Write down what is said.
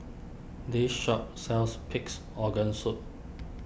this shop sells Pig's Organ Soup